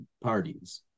parties